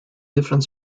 different